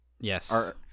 Yes